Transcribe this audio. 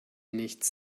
nichts